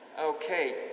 Okay